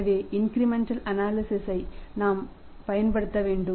எனவே incremental analysis ஐ நாம் மீண்டும் பயன்படுத்த வேண்டும்